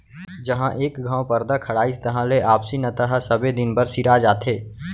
जहॉं एक घँव परदा खड़ाइस तहां ले आपसी नता ह सबे दिन बर सिरा जाथे